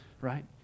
right